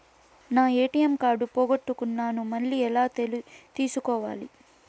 నా ATM card పోగొట్టుకున్నాను, మళ్ళీ ఎలా తీసుకోవాలి?